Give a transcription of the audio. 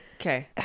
Okay